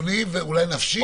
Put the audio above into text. חיוני, ואולי נפשי.